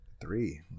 Three